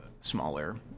smaller